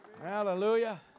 Hallelujah